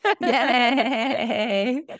Yay